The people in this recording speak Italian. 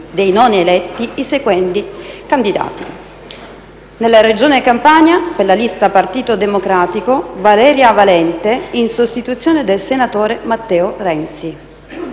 dei non eletti i seguenti candidati: nella Regione Campania: per la lista «Partito democratico», Valeria Valente, in sostituzione del senatore Matteo Renzi;